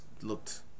looked